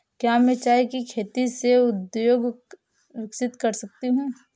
क्या मैं चाय की खेती से उद्योग विकसित कर सकती हूं?